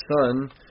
son